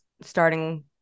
starting